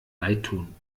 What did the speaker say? leidtun